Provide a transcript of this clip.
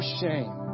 shame